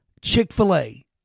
Chick-fil-A